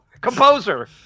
Composer